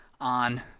on